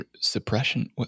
suppression